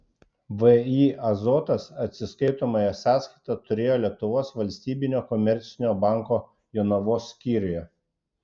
vį azotas atsiskaitomąją sąskaitą turėjo lietuvos valstybinio komercinio banko jonavos skyriuje